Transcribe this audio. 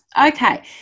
Okay